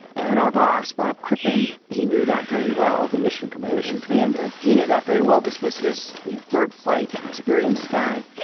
and our boss bob crippen, he knew that very well. the mission commander. mission commander. he knew that very well. this was his, you know, third flight experience guy,